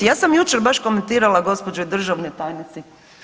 Ja sam jučer baš komentirala gđi. državnoj tajnici.